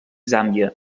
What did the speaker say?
zàmbia